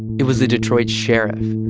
it was the detroit sheriff,